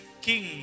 king